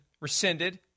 rescinded